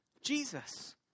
Jesus